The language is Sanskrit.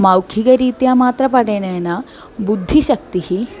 मौखिकरीत्या मात्र पठनेन बुद्धिशक्तिः